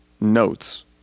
notes